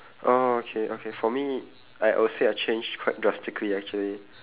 oh okay okay for me I I will say I change quite drastically actually